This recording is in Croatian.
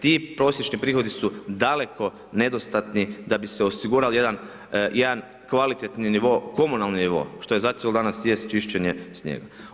Ti prosječni prihodi su daleko nedostatni da bi si osigurali jedan kvalitetni nivo, komunalni nivo, što je zacijelo danas i jest čišćenje snijega.